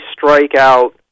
strikeout